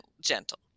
gentle